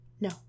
No